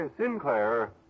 Sinclair